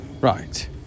Right